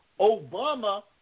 Obama